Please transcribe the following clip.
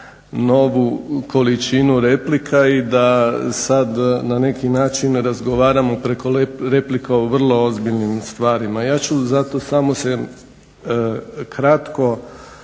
novu količinu replika i da sad na neki način razgovaramo preko replika o vrlo ozbiljnim stvarima. Ja ću zato samo se kratko